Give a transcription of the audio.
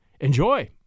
Enjoy